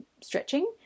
stretching